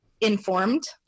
informed